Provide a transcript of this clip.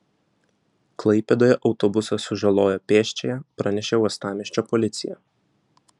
klaipėdoje autobusas sužalojo pėsčiąją pranešė uostamiesčio policija